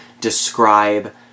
describe